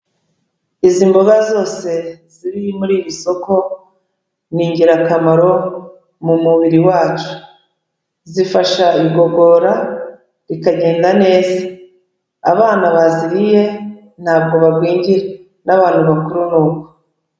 Izi mboga zose ziri muri iri isoko ni ingirakamaro mu mubiri wacu. Zifasha igogora rikagenda neza. Abana baziriye ntabwo bagwingira n'abantu bakuru nuko.